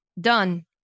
done